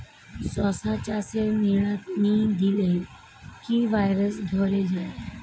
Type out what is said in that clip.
শশা চাষে নিড়ানি দিলে কি ভাইরাস ধরে যায়?